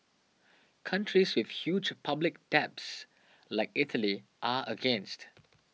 countries with huge public debts like Italy are against